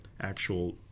actual